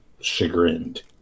chagrined